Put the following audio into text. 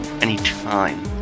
anytime